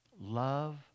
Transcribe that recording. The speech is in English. Love